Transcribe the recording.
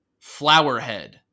Flowerhead